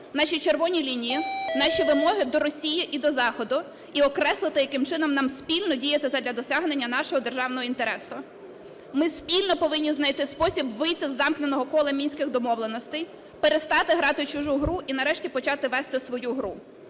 наші червоні лінії, наші вимоги до Росії і до Заходу, і окреслити, яким чином нам спільно діяти задля досягнення нашого державного інтересу. Ми спільно повинні знайти спосіб вийти з замкненого кола Мінських домовленостей, перестати грати в чужу гру і нарешті почати вести свою груп.